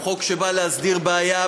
הוא חוק שבא להסדיר בעיה,